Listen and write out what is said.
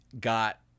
got